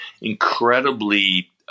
incredibly